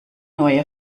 neue